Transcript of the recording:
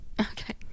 Okay